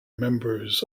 members